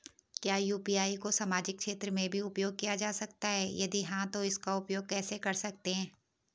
क्या यु.पी.आई को सामाजिक क्षेत्र में भी उपयोग किया जा सकता है यदि हाँ तो इसका उपयोग कैसे कर सकते हैं?